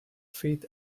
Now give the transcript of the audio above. feet